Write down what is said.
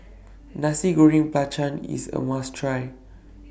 Nasi Goreng Belacan IS A must Try